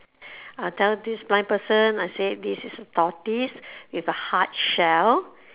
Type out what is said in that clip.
I'll tell this blind person I say this is a tortoise with a hard shell